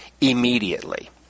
immediately